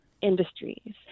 industries